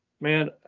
man